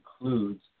includes